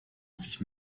sich